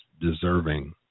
deserving